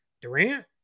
Durant